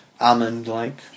Almond-like